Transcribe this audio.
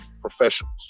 professionals